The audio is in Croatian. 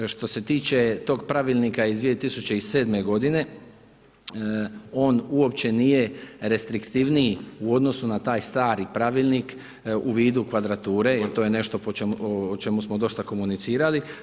Što se tiče tog pravilnika iz 2007. godine, on uopće nije restriktivniji u odnosu na taj stari pravilnik u vidu kvadrature i to je nešto o čemu smo dosta komunicirali.